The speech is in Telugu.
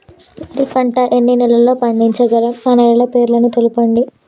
వరి పంట ఎన్ని నెలల్లో పండించగలం ఆ నెలల పేర్లను తెలుపండి?